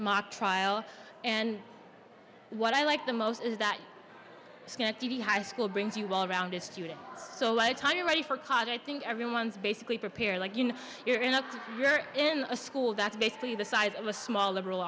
mock trial and what i like the most is that high school brings you well rounded student so lead time you're ready for college i think everyone's basically prepared you know you're in a school that's basically the size of a small liberal